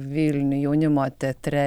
vilniuj jaunimo teatre